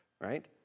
right